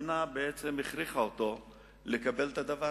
בעצם המדינה הכריחה אותו לקבל את זה.